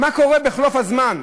מה קורה בחלוף הזמן?